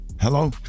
Hello